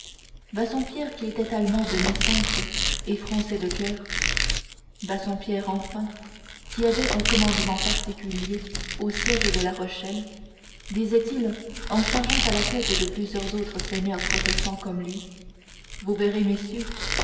du saintesprit bassompierre qui était allemand de naissance et français de coeur bassompierre enfin qui avait un commandement particulier au siège de la rochelle disait-il en chargeant à la tête de plusieurs autres seigneurs protestants comme lui vous verrez messieurs